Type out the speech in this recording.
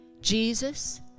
Jesus